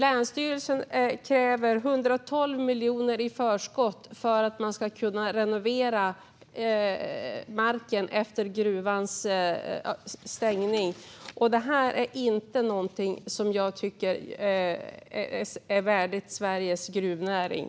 Länsstyrelsen kräver hundratals miljoner i förskott för att man ska kunna renovera marken efter gruvans stängning. Det här är inte värdigt Sveriges gruvnäring.